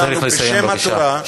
צריך לסיים, בבקשה.